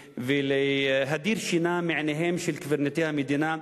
ולהדיר שינה מעיניהם של קברניטי המדינה,